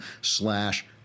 slash